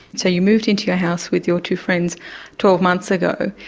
so you moved into your house with your two friends twelve months ago,